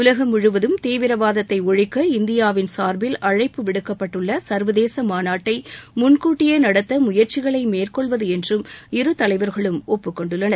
உலகம் முழுவதும் தீவிரவாதத்தை ஒழிக்க இந்தியாவின் சார்பில் அழைப்பு விடுக்கப்பட்டுள்ள சர்வதேச மாநாட்டை முன்கூட்டியே நடத்த முயற்சிகளை மேற்கொள்வது என்றும் இருதலைவர்களும் ஒப்புக்கொண்டுள்ளனர்